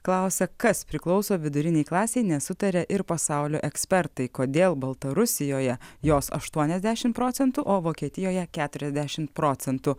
klausia kas priklauso vidurinei klasei nesutaria ir pasaulio ekspertai kodėl baltarusijoje jos aštuoniasdešimt procentų o vokietijoje keturiasdešimt procentų